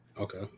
Okay